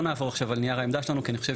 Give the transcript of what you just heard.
לא נעבור עכשיו על נייר העמדה שלנו כי אני חושב